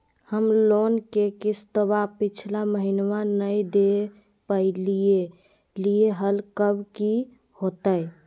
हम लोन के किस्तवा पिछला महिनवा नई दे दे पई लिए लिए हल, अब की होतई?